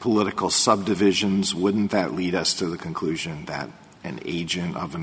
political subdivisions wouldn't that lead us to the conclusion that an agent of an